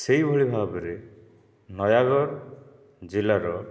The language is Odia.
ସେହିଭଳି ଭାବରେ ନୟାଗଡ଼ ଜିଲ୍ଲାର